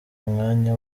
umwanya